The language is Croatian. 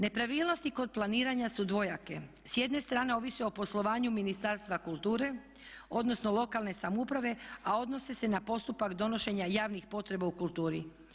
Nepravilnosti kod planiranja su dvojake, s jedne strane ovise o poslovanju Ministarstva kulture, odnosno lokalne samouprave a odnose se na postupak donošenja javnih potreba u kulturi.